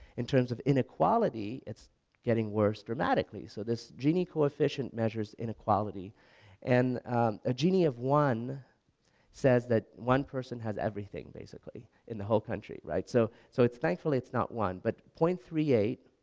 in terms of inequality it's getting worst dramatically. so this gini coefficient measures inequality and a gini of one says that one person has everything basically in the whole country right so so it's thankful it's not one, but point three eight,